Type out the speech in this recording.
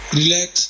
relax